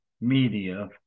media